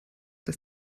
dass